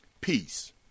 Peace